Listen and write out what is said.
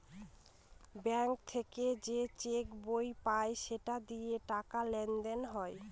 bank থেকে যে cheque বই পায় সেটা দিয়ে টাকা লেনদেন হয়